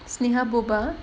sneha bobba